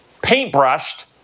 paintbrushed